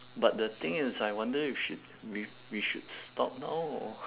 but the thing is I wonder if should we we should stop now or